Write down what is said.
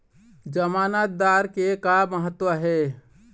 जमानतदार के का महत्व हे?